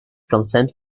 consent